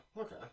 okay